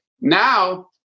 Now